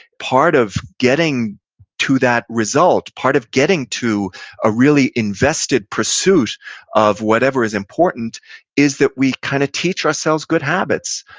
part of getting to that result, part of getting to a really invested pursuit of whatever is important is that we kind of teach ourselves good habits.